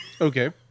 Okay